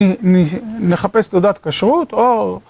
נחפש תעודת כשרות? או...